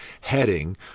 heading